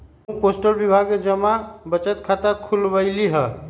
हम्हू पोस्ट विभाग में जमा बचत खता खुलवइली ह